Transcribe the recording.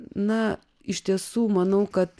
na iš tiesų manau kad